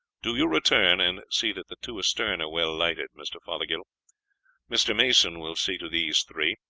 do you return and see that the two astern are well lighted, mr. fothergill mr. mason will see to these three.